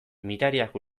mirariak